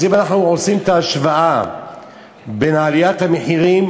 אז אם אנחנו עושים את ההשוואה בין עליית המחירים,